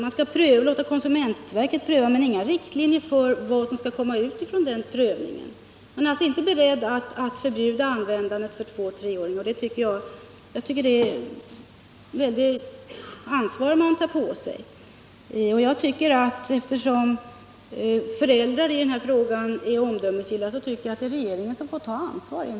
Man skall låta konsumentverket pröva frågan, men anger inga riktlinjer för vad som skall komma ut av den prövningen. Regeringen är inte beredd att förbjuda två-treåringar att använda den här motorcykeln. Jag tycker det är ett stort ansvar regeringen tar på sig. Eftersom föräldrar inte är omdömesgilla i denna fråga, tycker jag det är regeringen som får ta ansvaret.